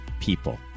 people